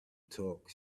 talk